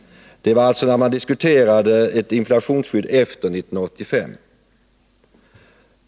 I artikeln diskuterade han inflationsskyddet efter år 1985.